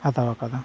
ᱦᱟᱛᱟᱣ ᱟᱠᱟᱫᱟ